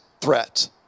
threat